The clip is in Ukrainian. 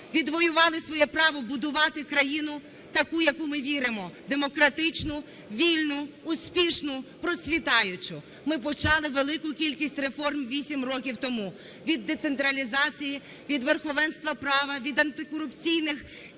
відвоювали своє право будувати країну таку, в яку ми віримо: демократичну, вільну, успішну, процвітаючу. Ми почали велику кількість реформ вісім років тому: від децентралізації, від верховенства права, від побудови антикорупційних